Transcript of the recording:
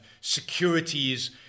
securities